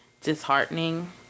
disheartening